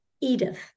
Edith